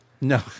No